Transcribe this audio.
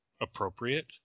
appropriate